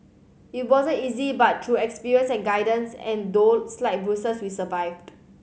it wasn't easy but through experience and guidance and though slight bruised we survived